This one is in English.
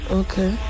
okay